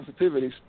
sensitivities